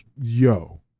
Yo